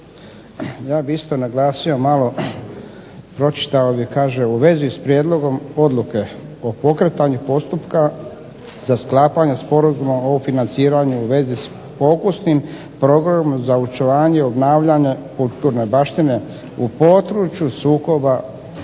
Ja bih isto naglasio malo, pročitao gdje kaže u vezi s prijedlogom odluke o pokretanju postupka za sklapanje Sporazuma o financiranju u vezi s pokusnim programom za očuvanje obnavljanja kulturne baštine u području sukoba